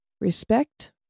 respect